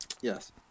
Yes